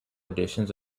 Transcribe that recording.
editions